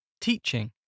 teaching